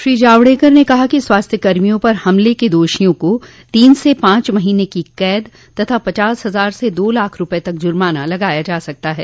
श्री जावडेकर ने कहा कि स्वास्थ्य कर्मियों पर हमले के दोषियों को तीन से पांच महीने की कैद तथा पचास हजार से दो लाख रुपये तक का जर्माना लगाया जा सकता है